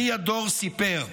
אחיה דור סיפר: